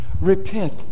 Repent